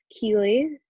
Keely